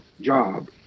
job